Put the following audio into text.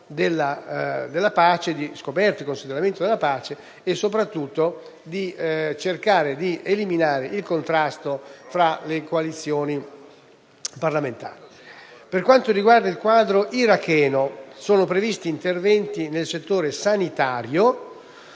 Per quanto riguarda il quadro iracheno sono previsti interventi nel settore sanitario,